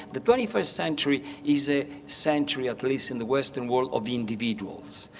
the twenty first century is a century, at least in the western world, of individuals.